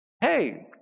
Hey